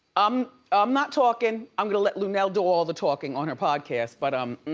um i'm not talking. i'm gonna let luenell do all the talking on her podcast. but um